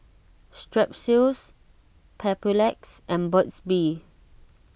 Strepsils Papulex and Burt's Bee